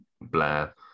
Blair